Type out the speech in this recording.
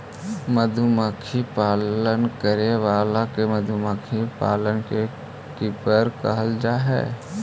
मधुमक्खी पालन करे वाला के मधुमक्खी पालक बी कीपर कहल जा हइ